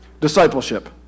discipleship